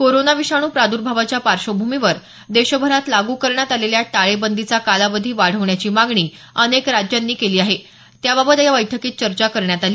corona विषाणू प्रादुर्भावाच्या पार्श्वभूमीवर देशभरात लागू करण्यात आलेल्या टाळेबंदीचा कालावधी वाढवण्याची मागणी अनेक राज्यांनी केली आहे त्याबाबत या बैठकीत चर्चा करण्यात आली